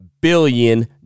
billion